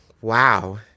Wow